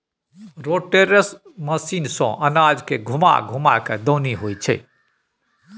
rotator machine सँ अनाज के घूमा घूमा कय दऊनी होइ छै